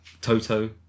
Toto